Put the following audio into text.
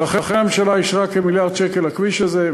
ולכן הממשלה אישרה כמיליארד שקל לכביש הזה,